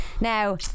Now